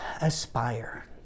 aspire